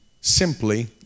simply